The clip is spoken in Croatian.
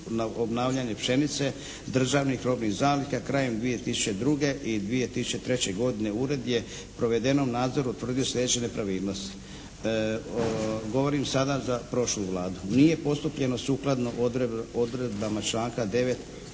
obnavljanje pšenice državnih robnih zaliha krajem 2002. i 2003. godine. Ured je u provedenom nadzoru utvrdio sljedeće nepravilnosti. Govorim sada za prošlu Vladu. Nije postupljeno sukladno odredbama članka 9.